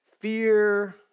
fear